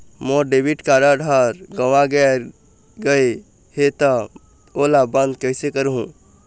मोर debit card हर गंवा गैर गए हे त ओला बंद कइसे करहूं?